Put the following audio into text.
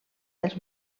dels